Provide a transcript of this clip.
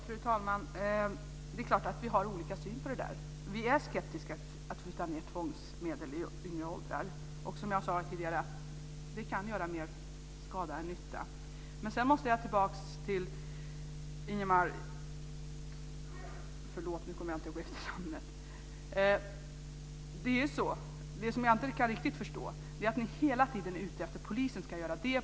Fru talman! Det är klart att vi har olika syn på detta. Vi är skeptiska till att flytta ned tvångsmedel i yngre åldrar. Som jag sade tidigare kan det göra mer skada än nytta. Vad jag inte riktigt kan förstå är att ni hela tiden är ute efter vad polisen ska göra.